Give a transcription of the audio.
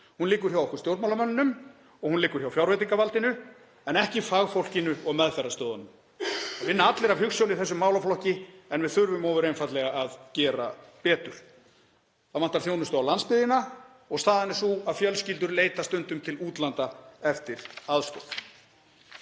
Hún liggur hjá okkur stjórnmálamönnunum og hún liggur hjá fjárveitingavaldinu en ekki hjá fagfólkinu og meðferðarstöðvunum. Það vinna allir af hugsjón í þessum málaflokki en við þurfum ofur einfaldlega að gera betur. Það vantar þjónustu á landsbyggðina og staðan er sú að fjölskyldur leita stundum til útlanda eftir aðstoð.